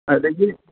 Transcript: ꯑꯗꯒꯤ